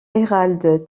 herald